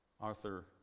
Arthur